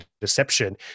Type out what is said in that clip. deception